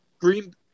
Green